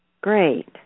Great